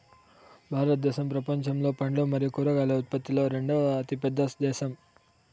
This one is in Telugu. భారతదేశం ప్రపంచంలో పండ్లు మరియు కూరగాయల ఉత్పత్తిలో రెండవ అతిపెద్ద దేశం